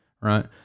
right